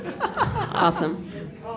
Awesome